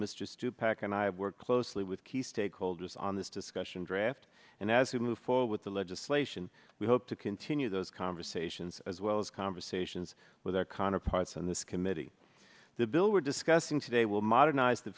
mistress two pac and i have worked closely with key stakeholders on this discussion draft and as we move forward with the legislation we hope to continue those conversations as well as conversations with our conor parts on this committee the bill we're discussing today will modernize the